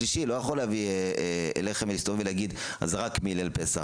שלישי לא יכול להביא לחם ולהסתובב ולהגיד: זה רק מליל פסח.